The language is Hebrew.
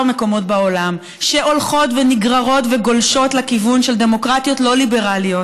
מקומות בעולם שהולכות ונגררות וגולשות לכיוון של דמוקרטיות לא ליברליות,